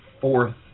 fourth